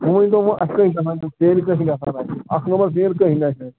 وۅنۍ گوٚو وۅنۍ اَسہِ کٔہۍ گژھان یِم سیٚرِ کٔہۍ چھِ گژھان اَسہِ اکھ نمبر سیٖر کٔہۍ گَژھِ آسہِ